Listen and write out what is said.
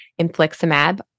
infliximab